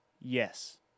Yes